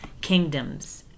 kingdoms